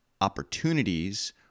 opportunities